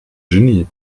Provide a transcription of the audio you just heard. genie